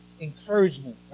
encouragement